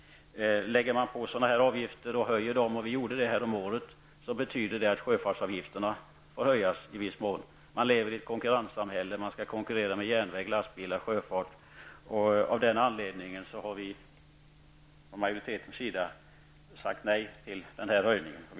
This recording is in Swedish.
Lägger man på sådana avgifter som det här är fråga om och höjer dem -- och vi gjorde det häromåret -- betyder det att sjöfartsavgifterna får höjas i viss mån. Vi lever i ett konkurrenssamhälle; man skall konkurrera med järnväg, lastbilar och sjöfart. Av den anledningen har vi från majoritetens sida sagt nej till denna ytterligare höjning.